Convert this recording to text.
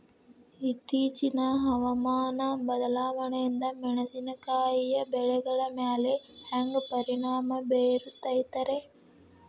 ಇತ್ತೇಚಿನ ಹವಾಮಾನ ಬದಲಾವಣೆಯಿಂದ ಮೆಣಸಿನಕಾಯಿಯ ಬೆಳೆಗಳ ಮ್ಯಾಲೆ ಹ್ಯಾಂಗ ಪರಿಣಾಮ ಬೇರುತ್ತೈತರೇ?